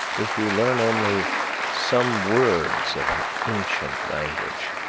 if you learn only some words of an ancient language,